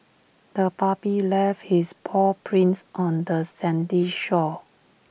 the puppy left his paw prints on the sandy shore